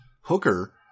Hooker